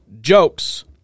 jokes